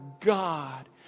God